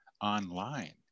online